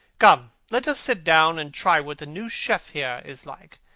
come, let us sit down and try what the new chef here is like,